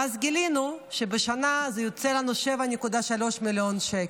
ואז גילינו שבשנה זה יוצא לנו 7.3 מיליון שקל.